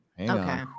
Okay